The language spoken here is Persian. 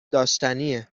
داشتنیه